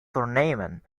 tournament